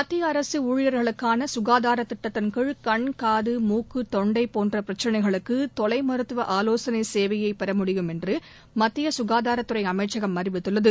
மத்திய அரசு ஊழியர்களுக்கான சுகாதார திட்டத்தின்கீழ் கண் காது மூக்கு தொண்டை போன்ற பிரச்சினைகளுக்கு தொலை மருத்துவ ஆலோசனை சேவையை பெறமுடியும் என்று மத்திய சுகாதாரத்துறை அமைச்சகம் அறிவித்துள்ளது